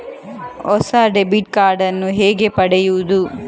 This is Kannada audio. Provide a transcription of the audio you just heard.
ಹೊಸ ಡೆಬಿಟ್ ಕಾರ್ಡ್ ನ್ನು ಹೇಗೆ ಪಡೆಯುದು?